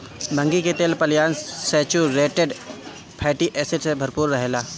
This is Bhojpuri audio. भांगी के तेल पालियन सैचुरेटेड फैटी एसिड से भरपूर रहेला